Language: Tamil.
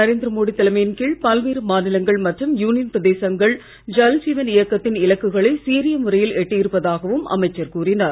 நரேந்திர மோடி தலைமையின் கீழ் பல்வேறு மாநிலங்கள் மற்றும் யூனியன் பிரதேசங்கள் ஜல்ஜீவன் இயக்கத்தின் இலக்குகளை சீரிய முறையில் எட்டியிருப்பதாகவும் அமைச்சர் கூறினார்